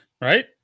Right